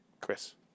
Chris